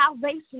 salvation